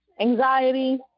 anxiety